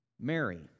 Mary